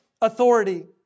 authority